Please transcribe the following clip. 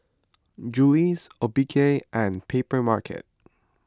Julie's Obike and Papermarket